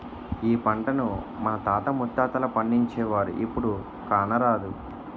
ఈ పంటను మన తాత ముత్తాతలు పండించేవారు, ఇప్పుడు కానరాదు